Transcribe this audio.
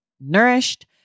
nourished